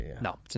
No